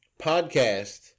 podcast